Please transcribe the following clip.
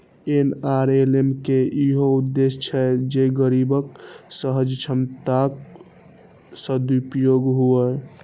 NRLM के इहो उद्देश्य छै जे गरीबक सहज क्षमताक सदुपयोग हुअय